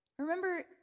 Remember